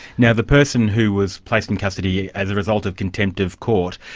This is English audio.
now the person who was placed in custody as the result of contempt of court,